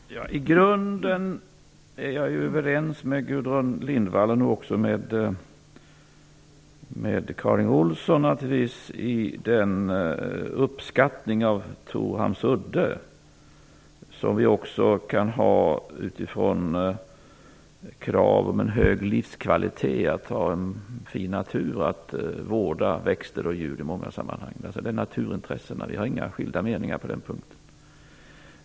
Fru talman! I grunden är jag överens med Gudrun Lindvall, och också med Karin Olsson, i den uppskattning av Torhamns udde som vi kan ha utifrån krav om en hög livskvalitet, att ha en fin natur att vårda, och i många sammanhang växter och djur. När det gäller naturintressena har vi på den punkten inga skilda meningar.